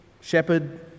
shepherd